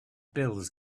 bills